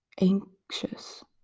anxious